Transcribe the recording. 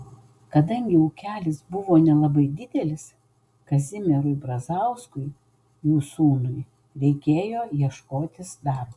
kadangi ūkelis buvo nelabai didelis kazimierui brazauskui jų sūnui reikėjo ieškotis darbo